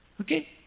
Okay